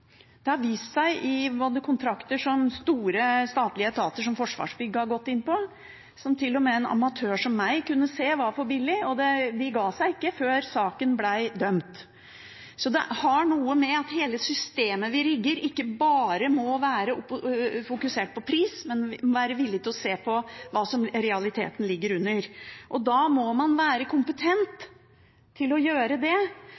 Det har vist seg i kontrakter som store statlige etater som Forsvarsbygg har gått inn på, som til og med en amatør som meg kunne se at var for billig. Og de ga seg ikke før de ble dømt. Det har noe med at hele systemet vi rigger, ikke bare må være fokusert på pris, men vi må være villig til å se hva som i realiteten ligger under. Da må man være kompetent til å gjøre det,